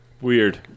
Weird